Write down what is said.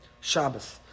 Shabbos